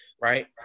Right